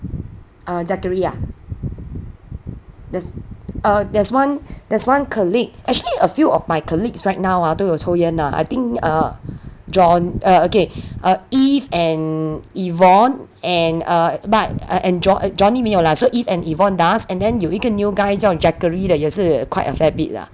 err zachary ah there's err there's one there's one colleague actually a few of my colleagues right now ah 都有抽烟 ah I think err john uh okay uh eve and yvonne and err but I and joh~ johnny 没有 lah so eve and yvonne does and then 有一个 new guy 叫 jacquerie 的也是 quite a fair bit lah